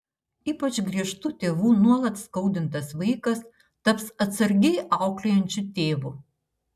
ypač griežtų tėvų nuolat skaudintas vaikas taps atsargiai auklėjančiu tėvu